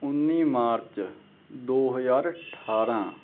ਉੱਨੀ ਮਾਰਚ ਦੋ ਹਜ਼ਾਰ ਅਠਾਰਾਂ